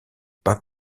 pas